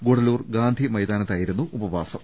ഗൂഡല്ലൂർ ഗാന്ധി മൈതാനത്തായിരുന്നു ഉപവാസം